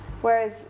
whereas